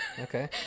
okay